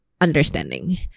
understanding